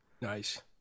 Nice